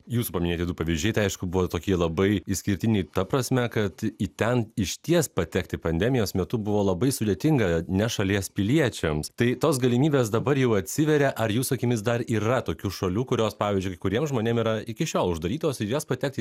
jūsų paminėti du pavyzdžiai tai aišku buvo tokie labai išskirtiniai ta prasme kad į ten išties patekti pandemijos metu buvo labai sudėtinga ne šalies piliečiams tai tos galimybės dabar jau atsiveria ar jūsų akimis dar yra tokių šalių kurios pavyzdžiui kai kuriem žmonėm yra iki šiol uždarytos ir į jas patekti